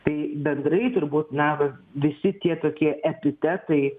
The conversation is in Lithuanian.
tai bendrai turbūt na va visi tie tokie epitetai